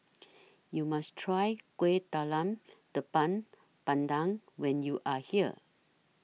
YOU must Try Kueh Talam Tepong Pandan when YOU Are here